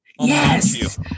Yes